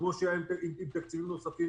וכפי שהיה עם תקציבים נוספים.